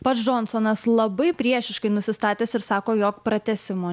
pats džonsonas labai priešiškai nusistatęs ir sako jog pratęsimo